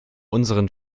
unseren